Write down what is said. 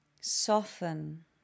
Soften